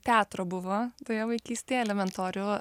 teatro buvo toje vaikystėje elementorių